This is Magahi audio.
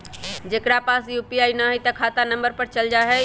जेकरा पास यू.पी.आई न है त खाता नं पर चल जाह ई?